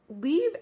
leave